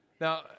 Now